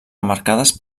remarcades